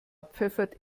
pfeffert